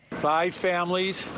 five families.